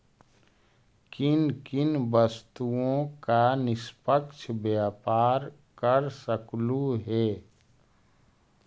किन किन वस्तुओं का निष्पक्ष व्यापार कर सकलू हे